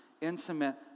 intimate